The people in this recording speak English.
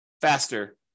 faster